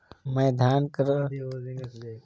मैं धान कर खेती म पानी पटाय बर कोन तरीका अपनावो?